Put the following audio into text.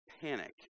panic